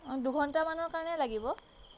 দুঘণ্টামানৰ কাৰণে লাগিব